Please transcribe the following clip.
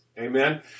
Amen